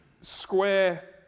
square